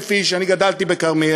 מ-50,000 איש, אני גדלתי בכרמיאל,